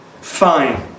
Fine